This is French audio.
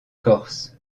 corse